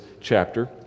chapter